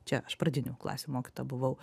čia aš pradinių klasių mokytoja buvau